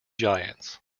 giants